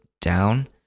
down